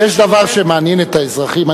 יש דבר שמעניין את האזרחים.